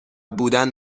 بودن